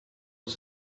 was